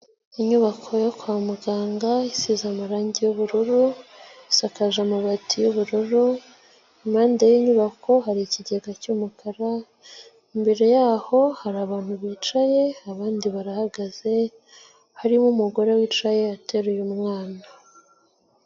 Inyubako yo kwa muganga isize amarange y'ubururu, isakaje amabati y'ubururu, impande y'inyubako hari ikigega cy'umukara, imbere yaho hari abantu bicaye, abandi barahagaze harimo umugore wicaye ateruye mwana.